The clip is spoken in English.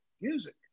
Music